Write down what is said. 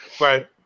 Right